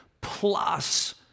plus